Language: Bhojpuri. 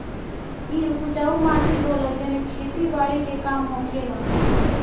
इ उपजाऊ माटी होला जेमे खेती बारी के काम होखेला